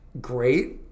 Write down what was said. Great